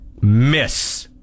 miss